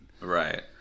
Right